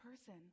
person